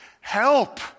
help